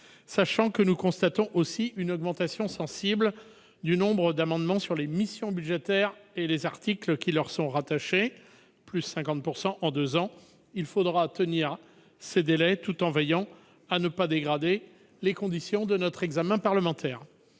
sachant que nous constatons aussi une augmentation sensible du nombre d'amendements sur les missions budgétaires et les articles qui leur sont rattachés, augmentation supérieure à 50 % en deux ans. À l'avenir, il nous faudra tenir ces délais, tout en veillant à ne pas dégrader les conditions de notre examen parlementaire.